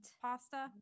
pasta